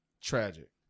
Tragic